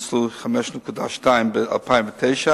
נוצלו 5.2 מיליון ב-2009,